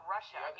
Russia